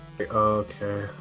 Okay